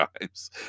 times